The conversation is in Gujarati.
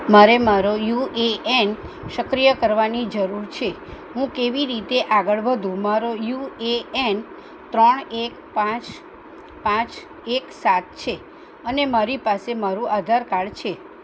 મારે મારો યુએએન સક્રિય કરવાની જરૂર છે હું કેવી રીતે આગળ વધું મારો યુએએન ત્રણ એક પાંચ પાંચ એક સાત છે અને મારી પાસે મારું આધાર કાર્ડ છે